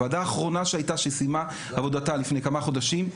הוועדה האחרונה שהייתה שסיימה את עבודתה לפני כמה חודשים,